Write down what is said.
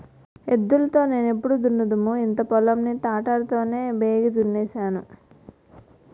ఎద్దులు తో నెప్పుడు దున్నుదుము ఇంత పొలం ని తాటరి తోనే బేగి దున్నేన్నాము